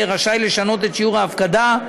יהיה רשאי לשנות את שיעור ההפקדה.